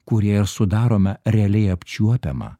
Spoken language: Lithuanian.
kurie ir sudarome realiai apčiuopiamą